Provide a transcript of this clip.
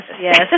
Yes